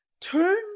turn